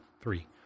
three